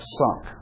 sunk